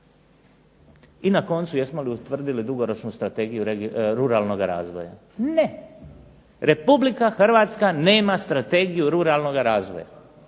I na koncu jesmo li utvrdili dugoročnu strategiju ruralnoga razvoja? Ne. Republika Hrvatska nema strategiju ruralnoga razvoja.